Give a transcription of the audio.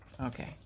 Okay